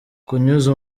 kunyuza